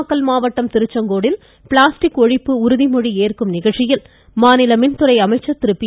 நாமக்கல் மாவட்டம் திருச்செங்கோட்டில் பிளாஸ்டிக் ஒழிப்பு உறுதிமொழி ஏற்கும் நிகழ்ச்சியில் மாநில மின்துறை அமைச்சர் பி